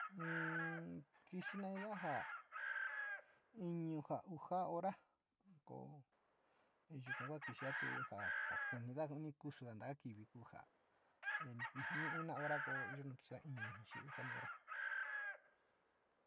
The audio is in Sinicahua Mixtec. Na, kixi naida ja iñu uja ora yuka kua kixida te ja. ja kunida kusuga kivi ku ja ni una ora koo yo un iyo kixida iñu ni xii uja hora.